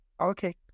Okay